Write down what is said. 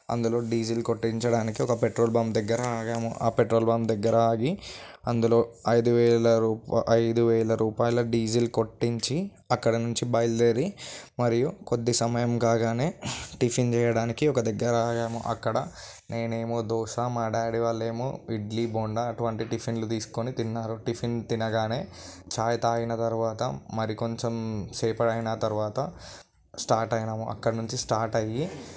అందులో డీజిల్ కొట్టించడానికి ఒక పెట్రోల్ బంక్ దగ్గర ఆగాము ఆ పెట్రోల్ బంక్ దగ్గర ఆగి అందులో ఐదు వేల రూ ఐదు వేల రూపాయల డీజిల్ కొట్టించి అక్కడి నుంచి బయలుదేరి మరియు కొద్ది సమయం కాగానే టిఫిన్ చేయడానికి ఒక దగ్గర ఆగాము అక్కడ నేను ఏమో దోస మా డాడీ వాళ్ళు ఏమో ఇడ్లీ బోండా అటువంటి టిఫిన్లు తీసుకొని తిన్నారు టిఫిన్ తినగానే చాయ్ తాగిన తర్వాత మరి కొంచెం సేపు అయిన తర్వాత స్టార్ట్ అయినాము అక్కడి నుంచి స్టార్ట్ అయ్యి